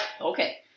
Okay